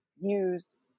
use